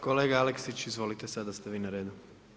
Kolega Aleksić izvolite, sada ste vi na redu.